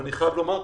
אני חייב לומר כאן,